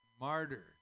Martyr